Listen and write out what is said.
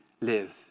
live